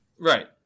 Right